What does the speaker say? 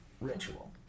ritual